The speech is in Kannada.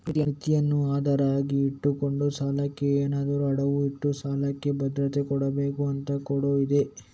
ಮಿತಿಯನ್ನ ಆಧಾರ ಆಗಿ ಇಟ್ಕೊಂಡು ಸಾಲಕ್ಕೆ ಏನಾದ್ರೂ ಅಡವು ಇಟ್ಟು ಸಾಲಕ್ಕೆ ಭದ್ರತೆ ಕೊಡ್ಬೇಕು ಅಂತ ಕೂಡಾ ಇದೆ